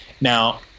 Now